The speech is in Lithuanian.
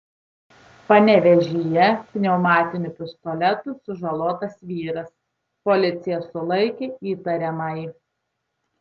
panevėžyje pneumatiniu pistoletu sužalotas vyras policija sulaikė įtariamąjį